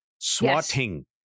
swatting